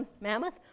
mammoth